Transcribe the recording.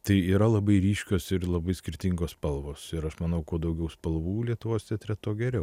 tai yra labai ryškios ir labai skirtingos spalvos ir aš manau kuo daugiau spalvų lietuvos teatre tuo geriau yra